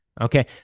Okay